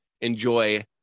enjoy